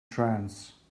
trance